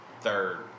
third